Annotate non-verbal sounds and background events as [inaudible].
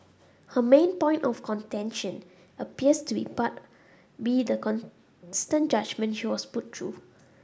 her main point of contention appears to be [unintelligible] be the constant judgement she was put through